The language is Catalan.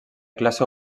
classe